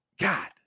God